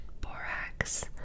borax